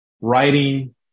writing